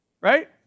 Right